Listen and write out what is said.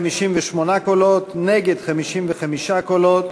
58 קולות, נגד, 55 קולות.